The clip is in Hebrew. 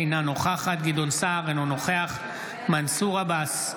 אינה נוכחת גדעון סער, אינו נוכח מנסור עבאס,